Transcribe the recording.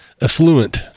affluent